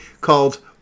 called